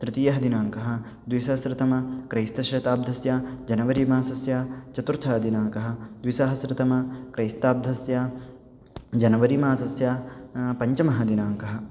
तृतीयः दिनाङ्कः द्विसहस्रतमक्रैस्तशताब्दस्य जनवरी मासस्य चतुर्थः दिनाङ्कः द्विसहस्रतमक्रैस्तशताब्दस्य जनवरी मासस्य पञ्चमः दिनाङ्कः